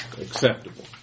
acceptable